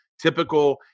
typical